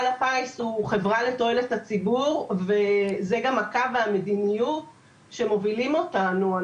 הפיס היא בסוף חברה לתועלת הציבור וזה גם הקו והמדיניות שמובילים אותנו.